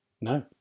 No